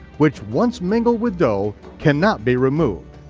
which once mingled with dough cannot be removed.